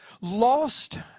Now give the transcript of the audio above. lost